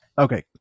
Okay